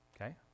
Okay